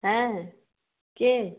হ্যাঁ কে